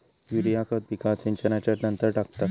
urea खत पिकात सिंचनच्या नंतर टाकतात